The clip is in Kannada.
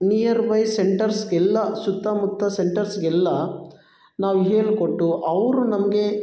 ನಿಯರ್ ಬೈ ಸೆಂಟರ್ಸ್ಗೆಲ್ಲ ಸುತ್ತಮುತ್ತ ಸೆಂಟರ್ಸ್ಗೆಲ್ಲ ನಾವು ಹೇಳ್ಕೊಟ್ಟು ಅವರು ನಮಗೆ